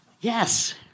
Yes